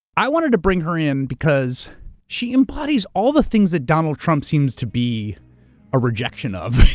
i wanted to bring her in because she embodies all the things that donald trump seems to be a rejection of.